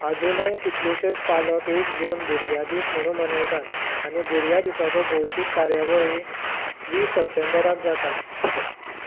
अजूनय कितलेशेच पालक एक जून भुरग्यां दीस म्हूण मनयतात आनी भुरग्यां दिसाच्यो भौशीक कार्यावळीं वीस सप्टेंबराक जातात